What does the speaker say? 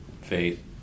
faith